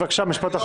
בבקשה, משפט אחרון.